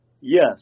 yes